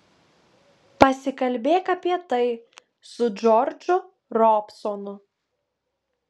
pasikalbėk apie tai su džordžu robsonu